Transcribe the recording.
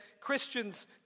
Christians